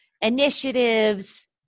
initiatives